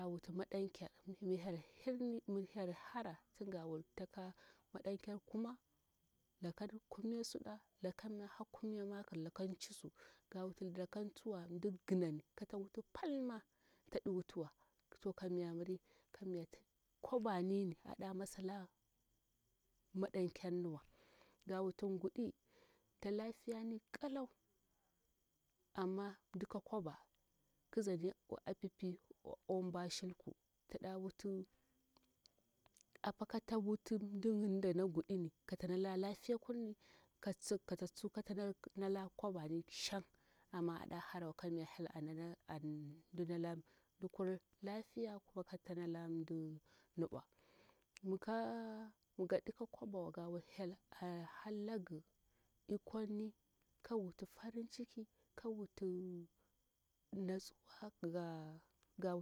Ga wuti maɗan kyar mi hek hirni mi hek hara tungawuti taka maɗankyar kuma lakam kumya suɗa lakanma har kumya makir lakan cisu gawuti lakantsuwa mdir ginan katawuti palma tsaɗi wotiwa to kamya miri kamya kwabanin ada masala maɗankyarnuwa ga wuti ngudi talafiyani kalau amma mdika kwaba ngizani apipi ombwa shilku tsaɗa wuti apa katsawuti nɗiyin da nanguɗini katsa nala lafiyakurni katsatsu katananan kwabanin shan amma aɗaharawa kamya hel andinalamdi lafiya kuma kata nala mdi nubwa mika migaɗi ka kwabawa gawuti hel a hallaga ikonni kawuti farinciki kawuti natsuwa